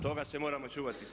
Toga se moramo čuvati.